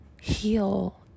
Heal